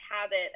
habit